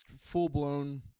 full-blown